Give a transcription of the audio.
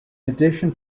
addition